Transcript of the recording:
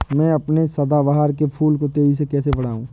मैं अपने सदाबहार के फूल को तेजी से कैसे बढाऊं?